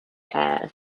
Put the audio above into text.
air